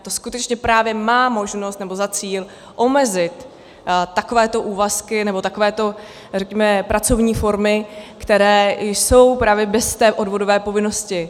To skutečně právě má možnost, nebo za cíl omezit takovéto úvazky, nebo takovéto, řekněme, pracovní formy, které jsou právě bez té odvodové povinnosti.